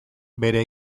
bere